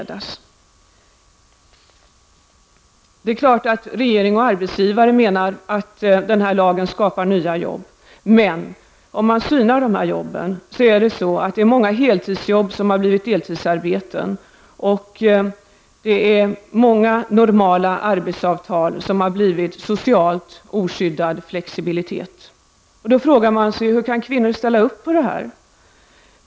Det är klart att regering och arbetsgivare menar att den här lagen skapar nya jobb, men om man synar detta närmare, finner man att det är heltidsarbeten som har blivit deltidsarbeten. Det är många normala arbetsavtal som har blivit socialt oskyddad flexibilitet. Då frågar man sig hur kvinnor kan ställa upp på det här.